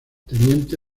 teniente